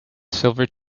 silver